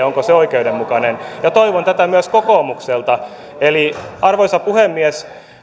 onko se oikeudenmukainen toivon tätä myös kokoomukselta arvoisa puhemies